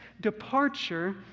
departure